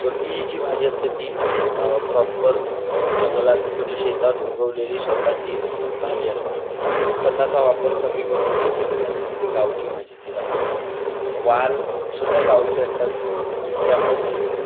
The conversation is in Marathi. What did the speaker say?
सो ती जी भाजी असते ती प्रॉपर जंगलात म्हणजे शेतात उगवलेली स्वतःची भाजी असते खताचा वापर कमी करून उगवलेली भाजी असते गावठी भाजी तिला म्हणतात वालसुद्धा गावठी असतात जे की आपण घेतो